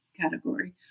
category